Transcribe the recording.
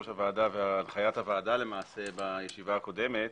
הראש והנחיית חברי הוועדה בישיבה הקודמת.